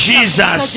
Jesus